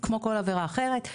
כמו כל עבירה אחרת,